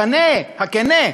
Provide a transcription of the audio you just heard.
הכן,